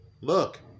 look